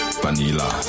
vanilla